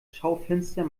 schaufenster